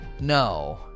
no